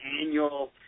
annual